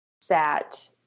sat